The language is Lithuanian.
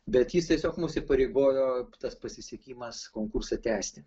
bet jis tiesiog mus įpareigojo tas pasisekimas konkursą tęsti